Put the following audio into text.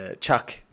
Chuck